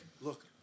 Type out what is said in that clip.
look